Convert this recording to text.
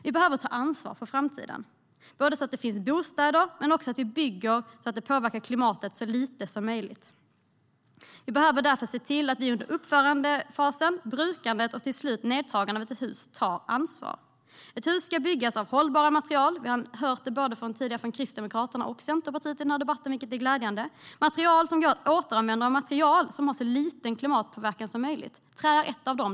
Vi behöver ta ansvar för framtiden så att det finns bostäder och så att byggandet påverkar klimatet så lite som möjligt. Vi behöver därför se till att man tar ansvar i uppförandefasen, brukandet och till slut nedtagandet av ett hus. Ett hus ska byggas av hållbara material. Vi har hört detta tidigare i debatten av Kristdemokraterna och Centerpartiet, vilket är glädjande. Materialet ska kunna återanvändas och ha så lite klimatpåverkan som möjligt. Trä är ett material.